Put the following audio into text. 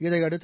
இதையடுத்து